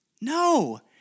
No